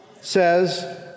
says